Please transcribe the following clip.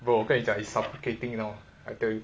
bro 跟你讲 is suffocating you know I tell you